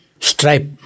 stripe